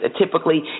typically